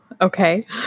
Okay